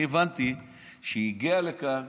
אני הבנתי שהגיע לכאן